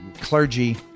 Clergy